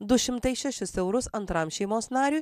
du šimtai šešis eurus antram šeimos nariui